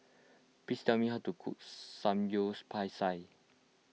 please tell me how to cook Samgyeopsal